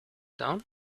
down